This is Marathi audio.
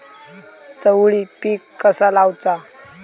चवळी पीक कसा लावचा?